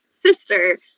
sister